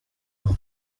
aho